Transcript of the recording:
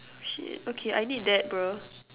shit okay I need that bruh